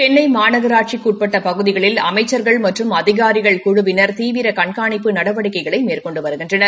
செள்ளை மாநகராட்சிக்கு உட்பட்ட பகுதிகளில் அமைச்சர்கள் மற்றும் அதிகாரிகள் குழுவினர் கீவிர கண்காணிப்பு நடவடிக்கைகளை மேற்கொண்டு வருகின்றனர்